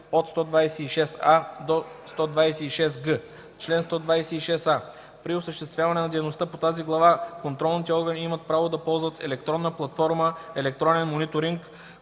чл. 126а-126г: „Чл. 126а. При осъществяване на дейността по тази глава контролните органи имат право да ползват електронна платформа „Електронен мониторинг”